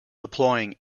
deploying